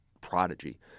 prodigy